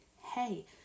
Hey